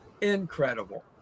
Incredible